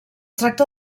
tracta